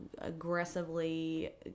aggressively